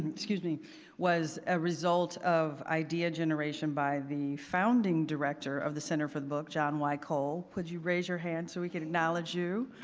excuse me was a result of idea generation by the founding director of the center for the book john y. cole, could you raise your hand so we can acknowledge you?